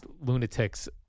lunatics